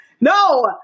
No